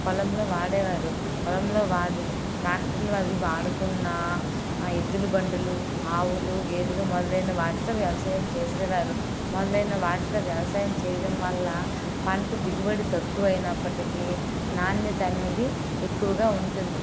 పొలంలో వాడేవారు పొలంలో వాడి ట్రాక్టర్లు అవి వాడుకున్న ఎద్దుల బండ్లు ఆవులు గేదలు మొదలైన వాటితో వ్యవసాయం చేసేవారు మొదలైన వాటితో వ్యవసాయం చేయడం వల్ల పంట దిగుబడి తక్కువ అయినప్పటికీ నాణ్యత అనేది ఎక్కువగా ఉంటుంది